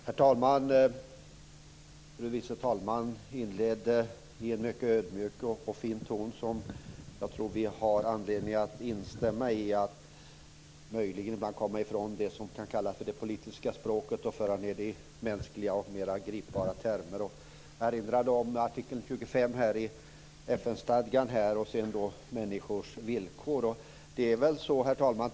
Herr talman! Fru vice talman inledde i en mycket ödmjuk och fin ton som jag tror att vi har anledning att instämma i. Det är då möjligt att komma ifrån det som kan kallas det politiska språket och föra ned det till mänskliga och mer gripbara termer. Jag erinrar om artikel 25 i FN-stadgan och om människors villkor. Herr talman!